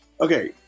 okay